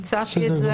הצעתי את זה.